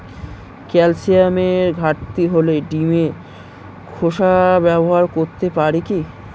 ক্যালসিয়ামের ঘাটতি হলে ডিমের খোসা ব্যবহার করতে পারি কি?